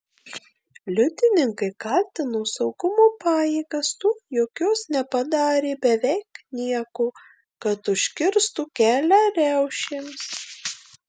liudininkai kaltino saugumo pajėgas tuo jog jos nepadarė beveik nieko kad užkirstų kelią riaušėms